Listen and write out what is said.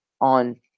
on